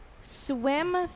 swim